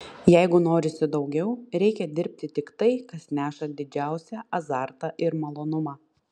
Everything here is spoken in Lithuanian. jeigu norisi daugiau reikia dirbti tik tai kas neša didžiausią azartą ir malonumą